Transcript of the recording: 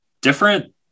different